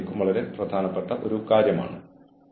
നമ്മൾ വളരെ പ്രവചനാതീതമായ ഒരു വിഷയത്തെ സ്പർശിക്കും